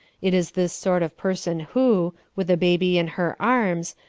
it is this sort of person who, with a baby in her arms,